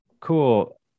cool